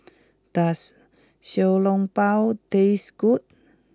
does Xiao Long Bao taste good